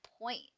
point